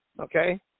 okay